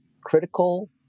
critical